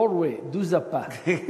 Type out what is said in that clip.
נורבגיה, דוז פואה.